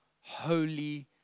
holy